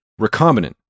recombinant